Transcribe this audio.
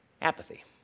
Apathy